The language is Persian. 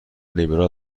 لیبرال